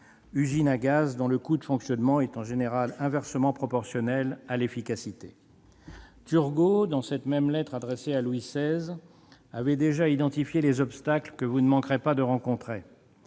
usines à gaz dont le coût de fonctionnement est en général inversement proportionnel à l'efficacité. Turgot, dans la même lettre adressée à Louis XVI, avait déjà identifié les obstacles que vous ne manquerez pas de rencontrer